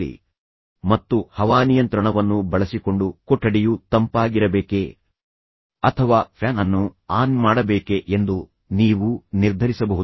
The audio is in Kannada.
ಆದ್ದರಿಂದ ಆರಾಮದಾಯಕವಾದ ಕುರ್ಚಿಯಲ್ಲಿ ಕುಳಿತುಕೊಳ್ಳಿ ಮತ್ತು ಹವಾನಿಯಂತ್ರಣವನ್ನು ಬಳಸಿಕೊಂಡು ಕೊಠಡಿಯು ತಂಪಾಗಿರಬೇಕೇ ಅಥವಾ ಫ್ಯಾನ್ ಅನ್ನು ಆನ್ ಮಾಡಬೇಕೆ ಎಂದು ನೀವು ನಿರ್ಧರಿಸಬಹುದು